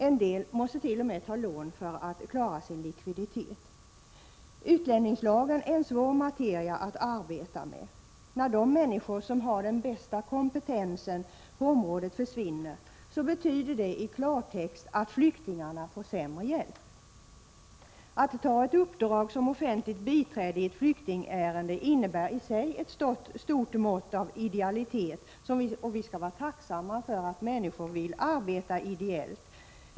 En del måste t.o.m. ta lån för att klara sin likviditet. Utlänningslagen är en svår materia att arbeta med. När de människor som har den bästa kompetensen på området försvinner, betyder det i klartext att flyktingarna får sämre hjälp. Att ta ett uppdrag som offentligt biträde i ett flyktingärende innebär i sig ett stort mått av idealitet, och vi skall vara tacksamma för att det finns människor som vill arbeta ideellt.